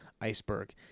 iceberg